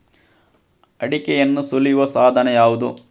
ಅಡಿಕೆಯನ್ನು ಸುಲಿಯುವ ಸಾಧನ ಯಾವುದು?